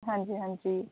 ਹਾਂਜੀ ਹਾਂਜੀ